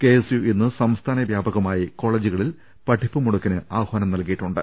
KSU ഇന്ന് സംസ്ഥാന വ്യാപകമായി കോളജുകളിൽ പഠിപ്പ് ദ്ദ മുടക്കിന് ആഹാനം നൽകിയിട്ടുണ്ട്